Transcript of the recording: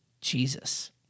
Jesus